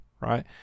right